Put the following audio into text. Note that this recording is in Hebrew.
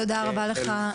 תודה רבה לך,